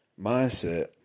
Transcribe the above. mindset